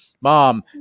mom